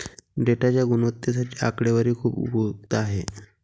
डेटाच्या गुणवत्तेसाठी आकडेवारी खूप उपयुक्त आहे